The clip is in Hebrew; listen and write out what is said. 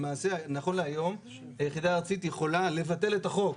נכון להיום, היחידה הארצית יכולה לבטל את החוק